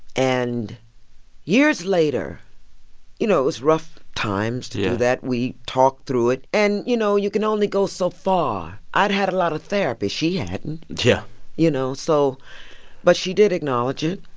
and years later you know, it was rough times to do that we talked through it. and, you know, you can only go so far. i'd had a lot of therapy. she hadn't. yeah you know, so but she did acknowledge it.